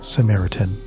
Samaritan